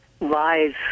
lies